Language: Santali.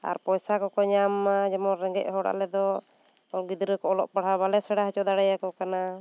ᱟᱨ ᱯᱚᱭᱥᱟ ᱠᱚᱠᱚ ᱧᱟᱢ ᱢᱟ ᱡᱮᱢᱚᱱ ᱨᱮᱸᱜᱮᱡ ᱦᱚᱲ ᱟᱞᱮ ᱫᱚ ᱜᱤᱫᱽᱨᱟᱹ ᱠᱚ ᱚᱞᱚᱜ ᱯᱟᱲᱦᱟᱜ ᱵᱟᱞᱮ ᱥᱮᱬᱟ ᱦᱚᱪᱚ ᱫᱟᱲᱮᱭᱟᱠᱚ ᱠᱟᱱᱟ